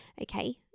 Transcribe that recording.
Okay